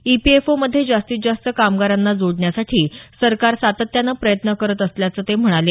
ईपीएफओमध्ये जास्तीत जास्त कामगारांना जोडण्यासाठी सरकार सातत्यानं प्रयत्न करत असल्याचं ते म्हणाले